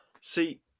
See